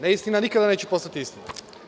Neistina nikada neće postati istina.